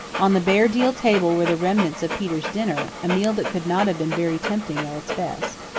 on the bare deal table were the remnants of peter's dinner, a meal that could not have been very tempting at its best.